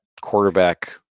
quarterback